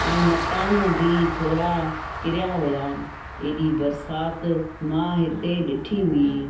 ऐं मकान बि थोरा किरिया हुया एॾी बरसाति मां हिते ॾिठी हुई